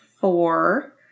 four